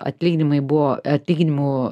atlyginimai buvo atlyginimų